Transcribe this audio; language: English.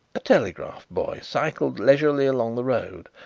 a telegraph-boy cycled leisurely along the road,